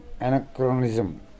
anachronism